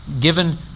given